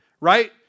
right